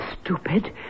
stupid